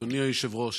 אדוני היושב-ראש,